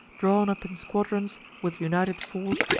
drawn up in squadrons, with united force,